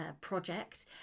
project